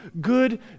good